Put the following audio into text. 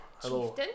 hello